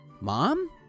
Mom